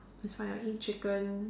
it's fine I'll eat chicken